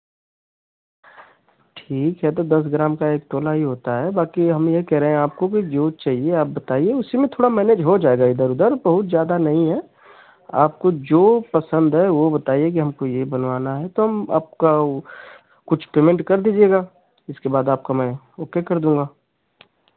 ठीक है तो दस ग्राम का एक तोला ही होता है बाकी हम यह कह रहे हैं आपको कि जो चाहिए आप बताइए उसी में थोड़ा मैनेज हो जाएगा इधर उधर बहुत जादा नही है आपको जो पसंद है वह बताइए कि हमको यह बनवाना है तो हम आपका वह कुछ पेमेंट कर दीजिएगा इसके बाद आपका मैं ओकर कर दूँगा